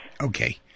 Okay